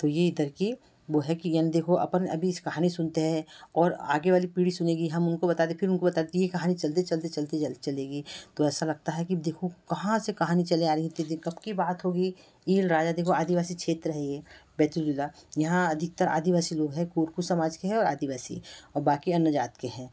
तो ये इधर की वह है कि यानी देखो अपन अभी इस कहानी सुनते हैं और आगे वाली पीढ़ी सुनेगी हम उनको बताते फिर उनको बताते तो यह कहानी चलते चलते चलते चल चलेगी तो ऐसा लगता है कि देखो कहाँ से कहानी चली आ रही थी कि कब की बात हो गई ईल राजा देखो आदिवासी क्षेत्र है ये बैतूल जिला यहाँ अधिकतर आदिवासी लोग हैं कोटकू समाज के हैं और आदिवासी और बाकी अन्य जाति के हैं